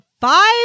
five